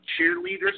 cheerleaders